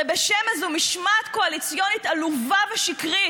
ובשם איזו משמעת קואליציונית עלובה ושקרית